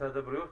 משרד הבריאות?